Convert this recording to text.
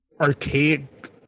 archaic